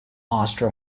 austro